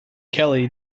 kelley